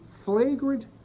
flagrant